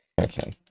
Okay